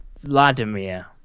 Vladimir